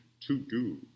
to-do